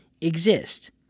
exist